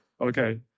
Okay